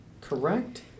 correct